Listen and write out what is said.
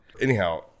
Anyhow